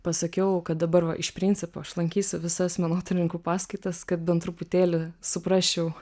pasakiau kad dabar va iš principo aš lankysiu visas menotyrininkų paskaitas kad bent truputėlį suprasčiau